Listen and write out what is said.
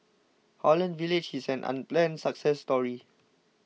Holland Village is an unplanned success story